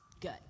good